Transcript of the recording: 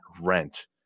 rent